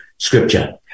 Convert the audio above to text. Scripture